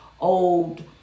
old